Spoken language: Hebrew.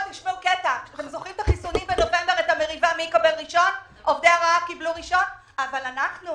עובדי ההוראה קבלו ראשונים ואנחנו לא כי אנחנו